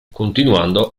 continuando